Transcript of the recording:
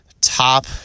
top